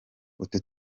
utu